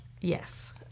Yes